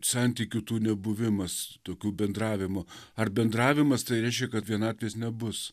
santykių tų nebuvimas tokių bendravimo ar bendravimas tai reiškia kad vienatvės nebus